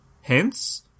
Hence